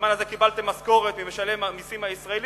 בזמן הזה קיבלתם משכורת ממשלם המסים הישראלי,